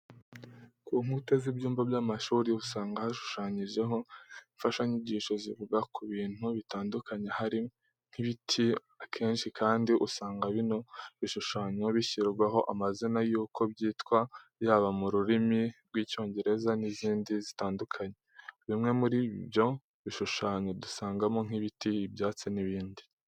Ku nkuta z'ibyumba by'amashuri usanga hashushanyijeho imfashanyigisho zivuga ku bintu bitandukanye harimo nk'ibiti. Akenshi kandi usanga bino bishushanyo bishyirwaho amazina yuko byitwa yaba mu rurimi rw'Icyongereza n'izindi zitandukanye. Bimwe muri ibyo bishushanyo dusangamo nk'ibiti, ibyatsi n'ibindi.